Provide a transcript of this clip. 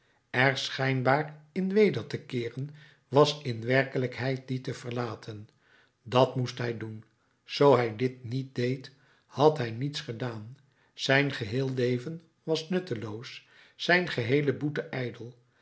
er schijnbaar in weder te keeren was in werkelijkheid dien te verlaten dat moest hij doen zoo hij dit niet deed had hij niets gedaan zijn geheel leven was nutteloos zijn geheele boete ijdel